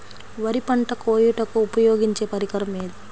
వరి పంట కోయుటకు ఉపయోగించే పరికరం ఏది?